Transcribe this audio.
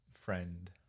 friend